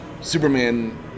Superman